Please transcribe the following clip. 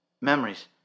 Memories